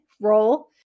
role